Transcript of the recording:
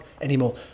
anymore